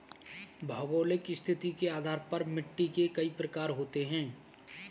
भौगोलिक स्थिति के आधार पर मिट्टी के कई प्रकार होते हैं